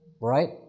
right